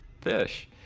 fish